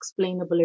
explainability